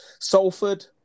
Salford